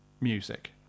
music